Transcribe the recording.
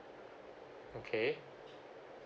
okay